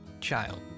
child